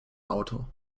auto